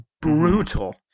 brutal